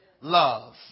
Love